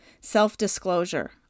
Self-disclosure